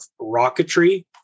rocketry